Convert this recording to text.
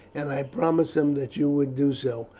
and i promised them that you would do so,